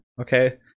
okay